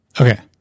Okay